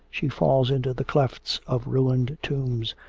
she falls into the clefts of ruined tombs,